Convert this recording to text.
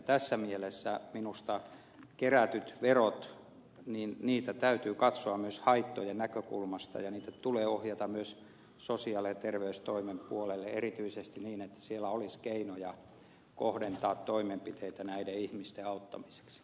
tässä mielessä minusta kerättyjä veroja täytyy katsoa myös haittojen näkökulmasta ja niitä tulee ohjata myös sosiaali ja terveystoimen puolelle erityisesti niin että siellä olisi keinoja kohdentaa toimenpiteitä näiden ihmisten auttamiseksi